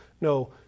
No